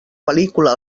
pel·lícula